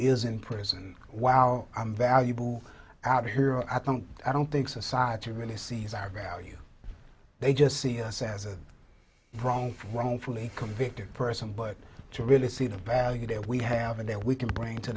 is in prison wow i'm valuable out here i don't i don't think society really sees our value they just see us as a wrongful one fully convicted person but to really see the value that we have a day we can bring to